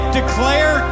declare